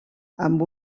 amb